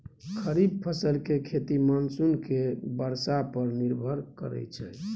खरीफ फसल के खेती मानसून के बरसा पर निर्भर करइ छइ